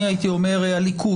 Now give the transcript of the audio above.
אני הייתי אומר הליכוד